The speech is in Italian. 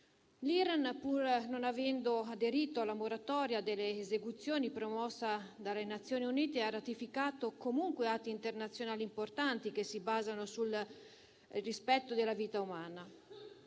L'Iran, pur non avendo aderito alla moratoria delle esecuzioni promossa dalle Nazioni Unite, ha ratificato comunque atti internazionali importanti che si basano sul rispetto della vita umana.